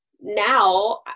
now